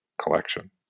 collection